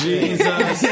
Jesus